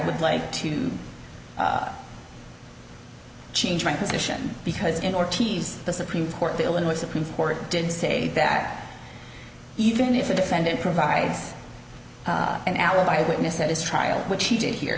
would like to changed my position because in or tease the supreme court the illinois supreme court did say that even if the defendant provides an alibi witness at his trial which he did he